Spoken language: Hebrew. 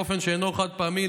באופן שאינו חד-פעמי,